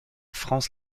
franz